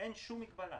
אין שום מגבלה.